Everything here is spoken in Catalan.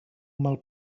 mal